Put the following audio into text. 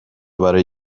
برای